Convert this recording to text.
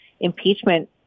impeachment